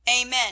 Amen